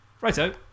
Righto